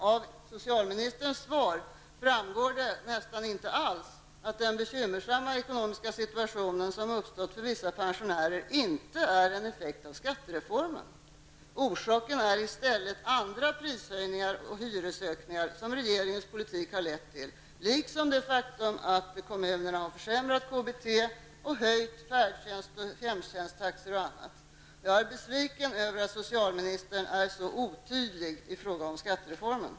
Av Ingela Thaléns svar framgår nästan inte alls att den bekymmersamma ekonomiska situation som uppstått för vissa pensionärer inte är en effekt av skattereformen. Orsaken är i stället alla andra prishöjningar och hyreshöjningar som regeringens politik har lett till, liksom det faktum att vissa kommuner har försämrat KBT och höjt färdtjänstoch hemtjänsttaxor. Jag är besviken över att socialministern är så otydlig i fråga om skattereformen.